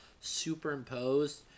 superimposed